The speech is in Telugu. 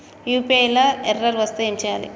యూ.పీ.ఐ లా ఎర్రర్ వస్తే ఏం చేయాలి?